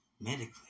medically